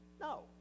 No